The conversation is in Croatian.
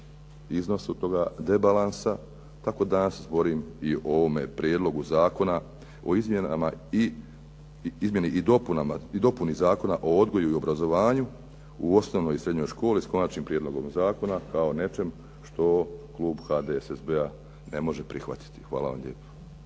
iznosu toga debalansa tako danas zborim o ovome Prijedlogu zakona o izmjeni i dopuni Zakona o odgoju i obrazovanju u osnovnoj i srednjoj školi s konačnim prijedlogom zakona kao nečim što klub HDSSB-a ne može prihvatiti. Hvala vam lijepo.